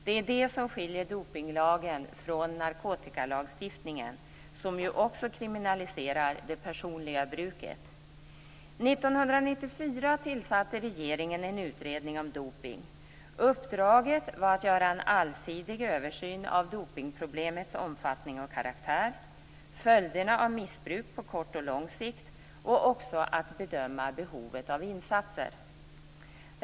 Det är det som skiljer dopningslagen från narkotikalagstiftningen, som ju också kriminaliserar det personliga bruket. År 1994 tillsatte regeringen en utredning om dopning. Uppdraget var att göra en allsidig översyn av dopningsproblemets omfattning och karaktär samt följderna av missbruk på kort och lång sikt och också att bedöma behovet av insatser.